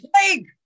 plague